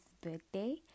birthday